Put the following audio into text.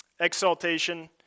exaltation